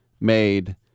made